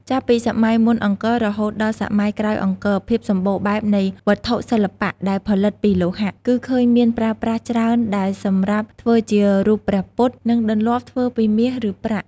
ចាប់ពីសម័យមុនអង្គររហូតដល់សម័យក្រោយអង្គរ ភាពសម្បូរបែបនៃវត្ថុសិល្បៈ ដែលផលិតពីលោហៈ គឺឃើញមានប្រើប្រាស់ច្រើនដែលសម្រាប់ធ្វើជារូបព្រះពុទ្ធ និងដន្លាប់ធ្វើពីមាស ឬប្រាក់។